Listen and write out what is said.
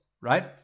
right